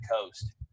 Coast